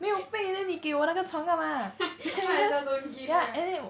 might as well don't give right